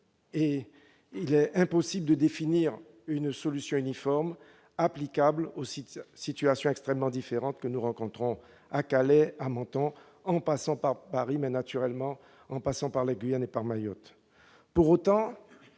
Il est impossible de définir une solution uniforme applicable aux situations extrêmement différentes que nous rencontrons de Calais à Menton, en passant par Paris, la Guyane et Mayotte.